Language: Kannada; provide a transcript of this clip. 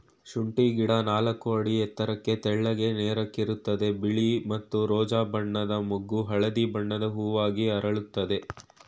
ಶುಂಠಿ ಗಿಡ ನಾಲ್ಕು ಅಡಿ ಎತ್ತರಕ್ಕೆ ತೆಳ್ಳಗೆ ನೇರಕ್ಕಿರ್ತದೆ ಬಿಳಿ ಮತ್ತು ರೋಜಾ ಬಣ್ಣದ ಮೊಗ್ಗು ಹಳದಿ ಬಣ್ಣದ ಹೂವಾಗಿ ಅರಳುತ್ತದೆ